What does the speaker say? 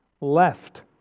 left